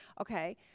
Okay